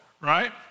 right